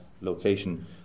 location